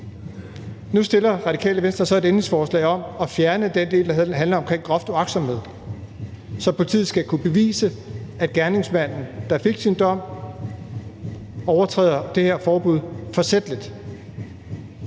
Nu stiller Radikale Venstre så et ændringsforslag om at fjerne den del, der handler om grov uagtsomhed, så politiet skal kunne bevise, at gerningsmanden, der fik sin dom, overtræder det her forbud forsætligt.